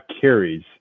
carries